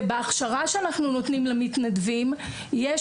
ובהכשרה שאנחנו נותנים למתנדבים שוטרים ואזרחים,